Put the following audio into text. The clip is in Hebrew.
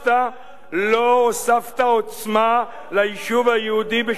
לא הוספת עוצמה ליישוב היהודי בשומרון וביהודה,